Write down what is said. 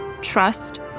trust